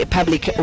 Public